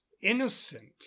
innocent